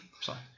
Sorry